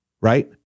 right